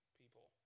people